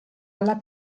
alla